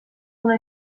una